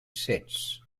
sets